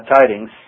tidings